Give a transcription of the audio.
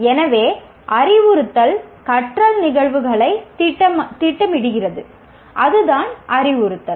எனவே அறிவுறுத்தல் கற்றல் நிகழ்வுகளைத் திட்டமிடுகிறது அதுதான் அறிவுறுத்தல்